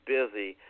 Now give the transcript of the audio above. busy